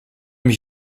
mich